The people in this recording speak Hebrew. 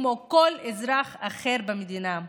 כמו כל אזרח אחר במדינה,